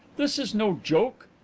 this is no joke.